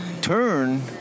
turn